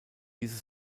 diese